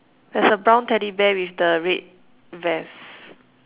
there's a brown teddy bear with the red vest